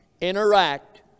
interact